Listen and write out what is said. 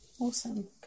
awesome